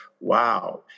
wow